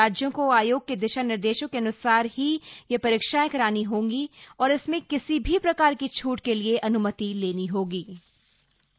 राज्यों को आयोग के दिशा निर्देशों के अन्सार ही ये परीक्षाएं करानी होगी और इसमें किसी भी प्रकार की छूट के लिए अन्मति ले नी हो गी